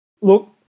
look